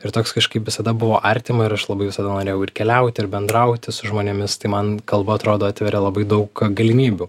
ir toks kažkaip visada buvo artima ir aš labai visada norėjau ir keliauti ir bendrauti su žmonėmis tai man kalba atrodo atveria labai daug galimybių